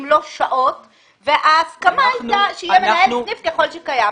אם לא שעות וההסכמה הייתה שיהיה מנהל סניף ככל שקיים.